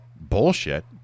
bullshit